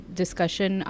discussion